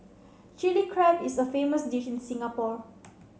Chilli Crab is a famous dish in Singapore